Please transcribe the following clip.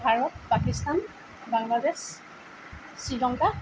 Bharat Pakistan Bangladesh Sri Lanka